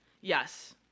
Yes